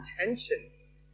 intentions